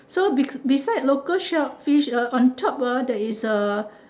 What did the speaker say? so bec beside local sharkfish uh on top uh there is a